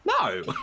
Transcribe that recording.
no